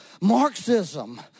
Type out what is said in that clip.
Marxism